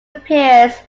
appears